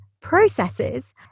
processes